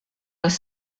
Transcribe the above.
les